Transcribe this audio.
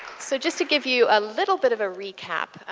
so just to give you a little bit of a recap.